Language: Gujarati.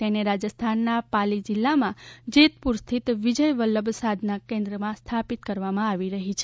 તેને રાજસ્થાનના પાલી જીલ્લામાં જેતપુર સ્થિત વિજય વલ્લભ સાધના કેન્દ્રમાં સ્થાપિત કરવામાં આવી રહી છે